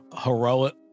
heroic